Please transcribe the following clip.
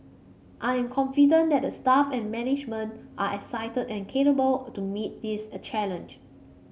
I am confident that the staff and management are excited and capable to meet this challenge